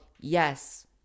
yes